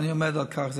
ואני עומד על כך.